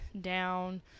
down